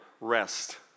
rest